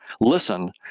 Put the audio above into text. listen